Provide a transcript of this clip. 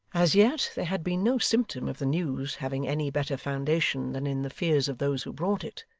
as yet there had been no symptom of the news having any better foundation than in the fears of those who brought it,